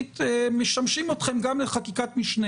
אתם שמים כסף על קרן הצבי אם אתם לא מבטלים את כרטיסי הטיסה.